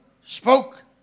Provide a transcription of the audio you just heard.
spoke